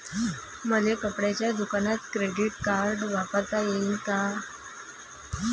मले कपड्याच्या दुकानात क्रेडिट कार्ड वापरता येईन का?